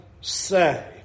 say